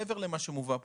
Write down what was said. מעבר למה שמובא פה,